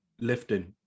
lifting